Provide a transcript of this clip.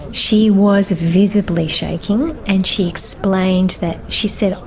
she was visibly shaking and she explained that, she said,